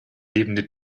lebende